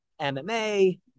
MMA